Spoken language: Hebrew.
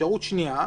אפשרות שניה: